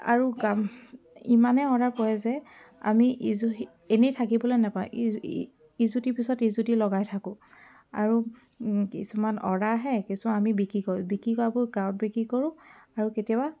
আৰু ইমানে অৰ্ডাৰ কৰে যে আমি এনেই থাকিবলৈ নাপাওঁ ই ইযুটিৰ পিছত সিজুটি লগাই থাকোঁ আৰু কিছুমান অৰ্ডাৰ আহে কিছুমান আমি বিক্ৰী কৰোঁ বিক্ৰী কৰাবোৰ আমি গাঁৱত বিক্ৰী কৰোঁ আৰু কেতিয়াবা